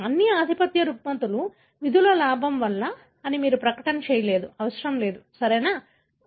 అన్ని ఆధిపత్య రుగ్మతలు విధుల లాభం వల్ల అని మీరు ఒక ప్రకటన చేయలేరు అవసరం లేదు సరియైనదా